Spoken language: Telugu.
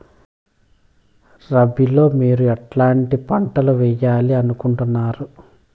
రబిలో మీరు ఎట్లాంటి పంటలు వేయాలి అనుకుంటున్నారు?